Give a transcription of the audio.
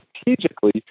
strategically